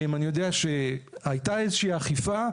אני יודע שהייתה איזושהי אכיפה,